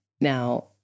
Now